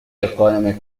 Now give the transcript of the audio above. economic